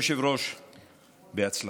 אדוני היושב-ראש, בהצלחה.